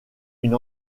une